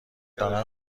دارن